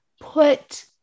put